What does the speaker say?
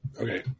Okay